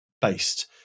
based